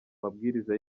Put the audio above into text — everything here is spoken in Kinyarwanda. mabwiriza